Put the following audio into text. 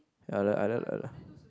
ya I like